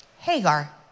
Hagar